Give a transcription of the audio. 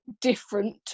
different